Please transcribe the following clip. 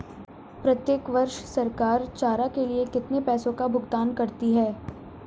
प्रत्येक वर्ष सरकार चारा के लिए कितने पैसों का भुगतान करती है?